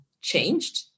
changed